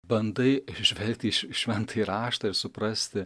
bandai žvelgt į į šventąjį raštą ir suprasti